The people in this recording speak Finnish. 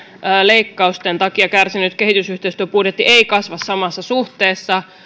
leikkausten takia kärsinyt kehitysyhteistyöbudjetti ei kasva samassa suhteessa